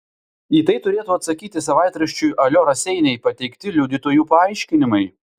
į tai turėtų atsakyti savaitraščiui alio raseiniai pateikti liudytojų paaiškinimai